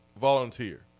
volunteer